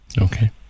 Okay